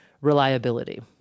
reliability